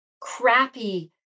crappy